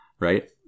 right